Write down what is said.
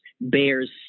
bears